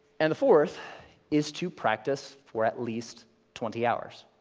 and the fourth is to practice for at least twenty hours.